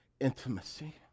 intimacy